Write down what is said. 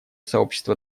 сообщества